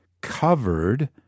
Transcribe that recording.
covered